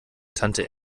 tante